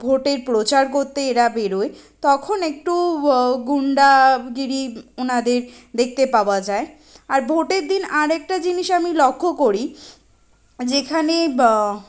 ভোটের প্রচার করতে এরা বেরোয় তখন একটু গুন্ডাগিরি ওনাদের দেখতে পাওয়া যায় আর ভোটের দিন আর একটা জিনিস আমি লক্ষ্য করি যেখানে বা